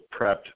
prepped